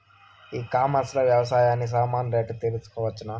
ఈ కామర్స్ లో వ్యవసాయానికి సామాన్లు రేట్లు తెలుసుకోవచ్చునా?